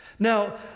Now